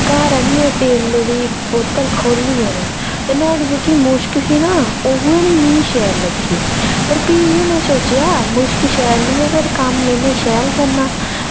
घर आह्नियै तेले दी बोतल खोह्ली ऐ में ते नुआढ़ी जेह्की मुश्क ही ना उऐ निं मिकी शैल लग्गी पर फ्ही बी में सोचेआ मुश्क शैल निं ऐ पर कम्म इ'न्नै शैल करना